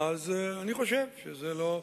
אני חושב שזה לא,